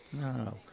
No